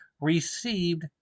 received